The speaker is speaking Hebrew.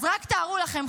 רק תארו לכם,